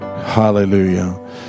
Hallelujah